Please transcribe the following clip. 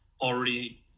already